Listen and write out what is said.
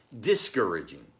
discouraging